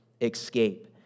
escape